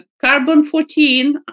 carbon-14